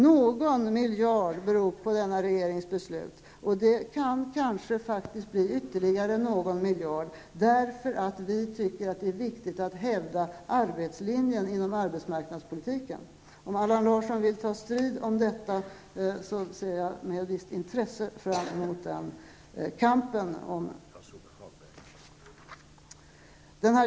Någon miljard beror på den nya regeringens beslut. Det kan kanske bli ytterligare någon miljard, därför att vi tycker att det är viktigt att hävda arbetslinjen inom arbetsmarknadspolitiken. Om Allan Larsson vill ta strid om detta ser jag med visst intresse fram emot den kampen.